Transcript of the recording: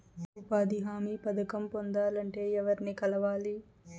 ఉపాధి హామీ పథకం పొందాలంటే ఎవర్ని కలవాలి?